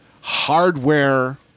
hardware